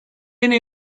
beni